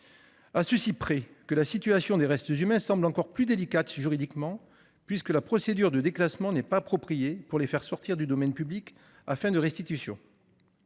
Toutefois, la situation des restes humains semble encore plus délicate juridiquement, dans la mesure où la procédure de déclassement n'est pas appropriée pour les faire sortir du domaine public aux fins de restitution.